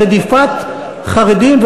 ברדיפת חרדים,